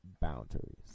boundaries